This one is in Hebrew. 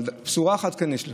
אבל בשורה אחת כן יש אליך: